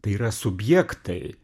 tai yra subjektai